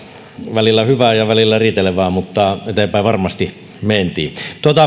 välillä hyvää ja välillä riitelevää mutta eteenpäin varmasti mentiin